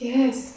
Yes